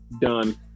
done